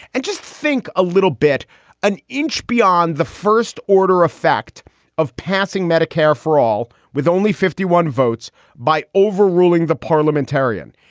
and just think a little bit an inch beyond the first order effect of passing medicare for all with only fifty one votes by overruling the parliamentarian.